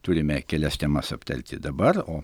turime kelias temas aptarti dabar o